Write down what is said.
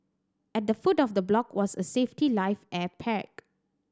at the foot of the block was a safety life air pack